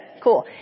Cool